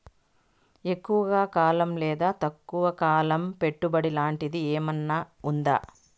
ఎక్కువగా కాలం లేదా తక్కువ కాలం పెట్టుబడి లాంటిది ఏమన్నా ఉందా